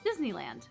Disneyland